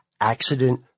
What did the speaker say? accident